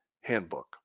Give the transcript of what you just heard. handbook